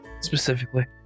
Specifically